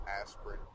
aspirin